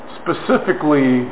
specifically